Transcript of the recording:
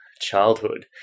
childhood